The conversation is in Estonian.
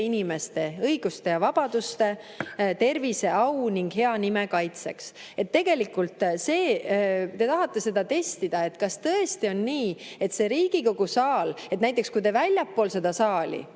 inimeste õiguste ja vabaduste, tervise, au ning hea nime kaitseks." Tegelikult te tahate seda testida, kas tõesti on nii, et see Riigikogu saal ... Näiteks väljaspool seda saali,